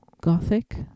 Gothic